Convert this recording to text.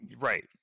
Right